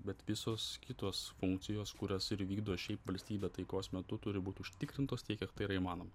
bet visos kitos funkcijos kurias ir vykdo šiaip valstybė taikos metu turi būt užtikrintos tiek kiek tai yra įmanoma